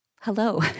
hello